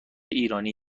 ایرانی